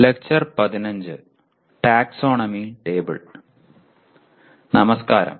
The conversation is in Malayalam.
നമസ്കാരം